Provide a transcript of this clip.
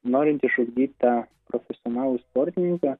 norint išugdyt tą profesionalų sportininką